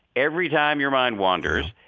every time your mind wanders,